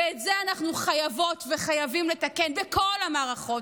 ואת זה אנחנו חייבות וחייבים לתקן בכל המערכות.